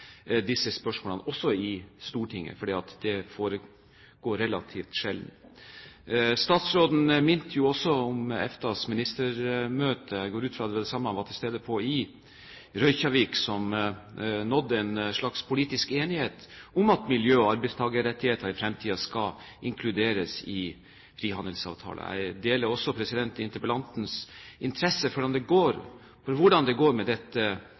disse spørsmålene også i Stortinget, for det foregår relativt sjelden. Statsråden minte oss på EFTAs ministermøte. Jeg går ut fra at det var det samme møtet han var til stede på i Reykjavik, som nådde en slags politisk enighet om at miljø og arbeidstakerrettigheter i fremtiden skal inkluderes i frihandelsavtaler. Jeg deler også interpellantens interesse for hvordan det går